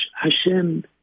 Hashem